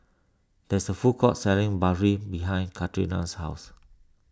there is a food court selling Barfi behind Karina's house